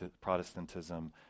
Protestantism